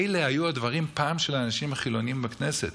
אלה היו פעם הדברים של האנשים החילונים בכנסת.